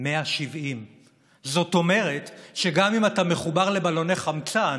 170. זאת אומרת שגם אם אתה מחובר לבלוני חמצן,